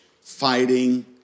fighting